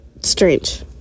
strange